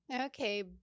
Okay